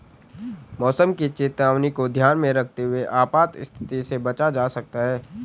मौसम की चेतावनी को ध्यान में रखते हुए आपात स्थिति से बचा जा सकता है